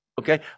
okay